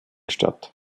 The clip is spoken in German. statt